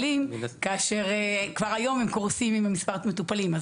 כאשר כבר היום הם קורסים עם מספר המטופלים?